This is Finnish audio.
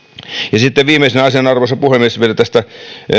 sitten viimeisenä asiana arvoisa puhemies vielä tästä